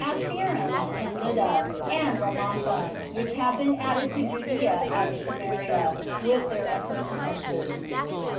apherims, and lydda, and ramatha, which have been added to judea out of samaria, with their appurtenances